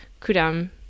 Kudam